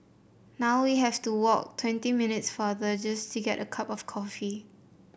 now we have to walk twenty minutes farther just to get a cup of coffee